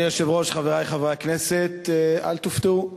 אדוני היושב-ראש, חברי חברי הכנסת, אל תופתעו.